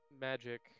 magic